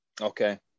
Okay